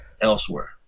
elsewhere